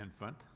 infant